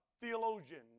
Theologian